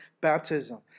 baptism